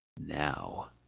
Now